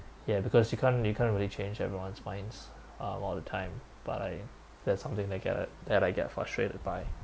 ya because you can't you can't really change everyone's minds uh all the time but I that's something that get at that I get frustrated by